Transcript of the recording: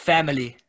Family